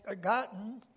gotten